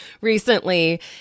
recently